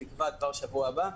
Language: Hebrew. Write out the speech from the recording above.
בתקווה כבר בשבוע הבא,